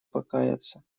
покаяться